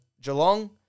Geelong